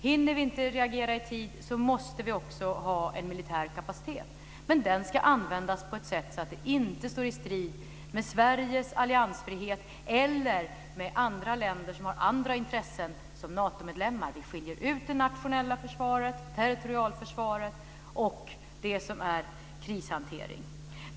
Hinner vi inte reagera i tid måste vi också ha en militär kapacitet, men den ska användas på ett sådant sätt att den inte står i strid med Sveriges alliansfrihet eller med Natomedlemmars intressen. Vi skiljer ut det nationella försvaret, territorialförsvaret och militär krishantering.